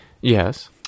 yes